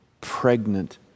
pregnant